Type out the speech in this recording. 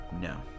No